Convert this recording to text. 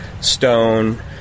Stone